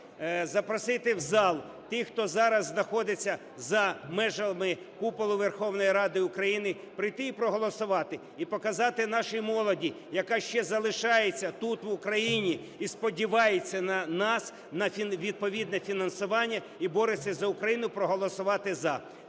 запросити в зал тих, хто зараз знаходиться за межами куполу Верховної Ради України, прийти і проголосувати і показати нашій молоді, яка ще залишається тут в Україні і сподівається на нас, на відповідне фінансування і бореться за Україну, проголосувати "за".